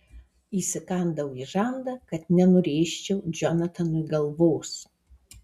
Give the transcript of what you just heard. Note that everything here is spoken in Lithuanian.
įsikandau žandą kad nenurėžčiau džonatanui galvos